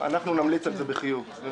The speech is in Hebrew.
אנחנו נמליץ על זה בחיוב.